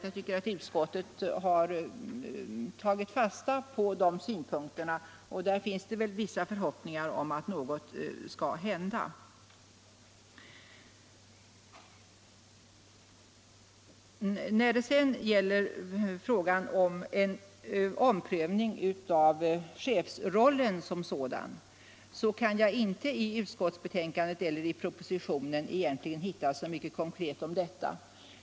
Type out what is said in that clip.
Jag tycker att utskottet har tagit fasta på dessa synpunkter, och det finns väl vissa förhoppningar om att något skall hända. När det sedan gäller frågan om en omprövning av chefsrollen som sådan kan jag i utskottsbetänkandot eller propositionen inte hitta så mycket konkret.